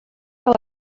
que